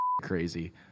crazy